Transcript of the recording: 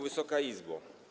Wysoka Izbo!